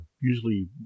usually